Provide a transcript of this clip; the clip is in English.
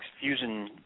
Fusion